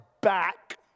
back